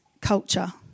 culture